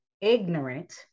ignorant